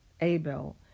Abel